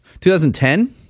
2010